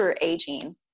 aging